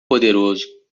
poderoso